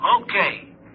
Okay